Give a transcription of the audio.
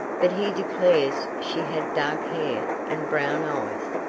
but he declares she had dark hair and brown eyes,